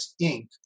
Inc